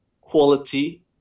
quality